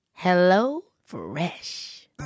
HelloFresh